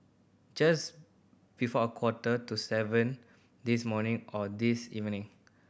just before a quarter to seven this morning or this evening